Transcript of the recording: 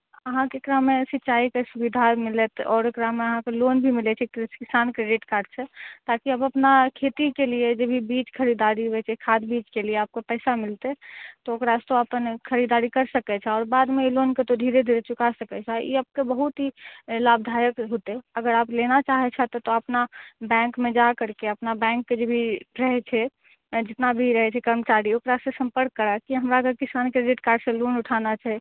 अहाँके एकरामे सिँचाइके सुबिधा मिलत आओर एकरामे अहाँके लोन भी मिलै छै कृषि किसान क्रेडिट कार्ड से ताकि आप अपना खेतीके लिए जे भी बीच खरीददारी होइ छै खाद बीजके लिए आपको पैसा मिलतै तऽ ओकरा से तोँ अपन खरीददारी करि सकैत छौ आओर बादमे ई लोनके तोँ धीरे धीरे चुका सकैत छौ ई आपके बहुत ही लाभदायक होतै अगर आप लेना चाहै छह तऽ अपना बैंकमे जा करके अपना बैंकके जे भी रहै छै जितना भी रहै छै कर्मचारी ओकरा से सम्पर्क कराके हमरा अगर किसान क्रेडिट कार्ड से लोन उठाना छै